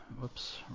whoops